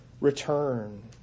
return